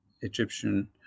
Egyptian